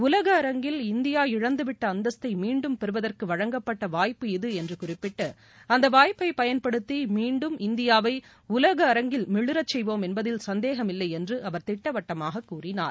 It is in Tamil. உலக அரங்கில் இந்தியா இழந்து விட்ட அந்தஸ்தை மீண்டும் பெறுவதற்கு வழங்கப்பட்ட வாய்ப்பு இது என்று குறிப்பிட்டு அந்த வாய்ப்பை பயன்படுத்தி மீண்டும் இந்தியாவை உலக அரங்கில் மிளிர செய்வோம் என்பதில் சந்தேகம் இல்லை என்று அவர் திட்டவட்டமாக கூறினார்